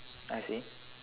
I see